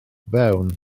fewn